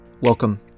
Welcome